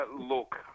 Look